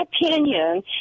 opinion